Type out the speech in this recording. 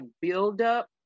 buildup